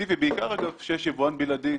אפקטיבי בעיקר כשיש יבואן בלעדי,